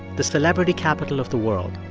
the celebrity capital of the world.